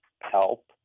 help